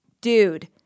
Dude